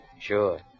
Sure